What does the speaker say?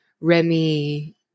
Remy